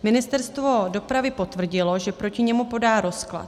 Ministerstvo dopravy potvrdilo, že proti němu podá rozklad.